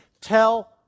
Tell